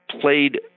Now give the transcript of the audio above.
played